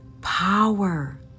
power